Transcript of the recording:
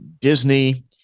disney